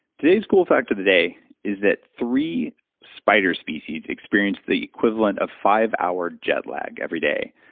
today's cool fact of the day is that three spider species experience the equivalent of five hour jet lag every day,